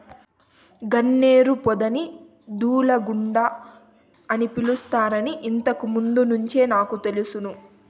గన్నేరు పొదని దూలగుండ అని పిలుస్తారని ఇంతకు ముందు నుంచే నాకు తెలుసును